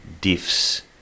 diffs